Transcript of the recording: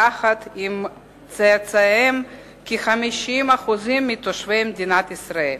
יחד עם צאצאיהם, כ-50% מתושבי מדינת ישראל.